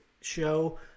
show